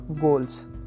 goals